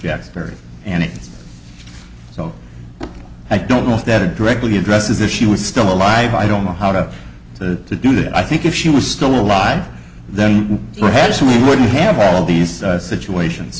it's so i don't know if that are directly addresses if she was still alive i don't know how to to do that i think if she was still alive then perhaps we wouldn't have all these situations